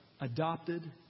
adopted